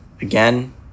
again